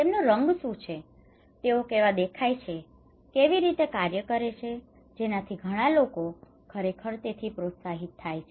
તેમનો રંગ શું છે તેઓ કેવા દેખાય છે કેવી રીતે કાર્ય કરે છે જેનાથી ઘણા લોકો ખરેખર તેથી પ્રોત્સાહિત થાય છે